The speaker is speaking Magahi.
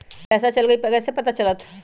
पैसा चल गयी कैसे पता चलत?